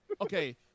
Okay